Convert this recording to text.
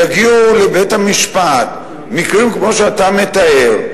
יגיעו לבית-המשפט מקרים כמו שאתה מתאר,